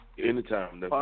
Anytime